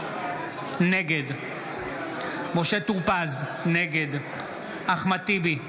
נגד משה טור פז, נגד אחמד טיבי,